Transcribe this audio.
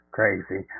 Crazy